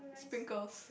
bingos